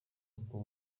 bw’u